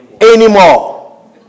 anymore